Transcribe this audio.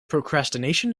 procrastination